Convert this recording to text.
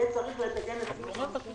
יהיה צריך לתקן את 54א,